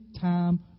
time